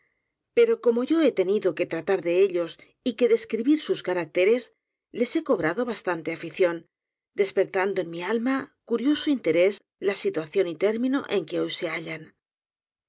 pero como yo he tenido que tratar de ellos y que describir sus caracteres les he cobrado bastante afición despertando en mi alma curioso interés la situación y término en que hoy se hallan